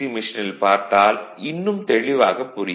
மெஷினில் பார்த்தால் இன்னும் தெளிவாகப் புரியும்